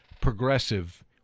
progressive